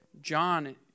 John